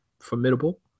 formidable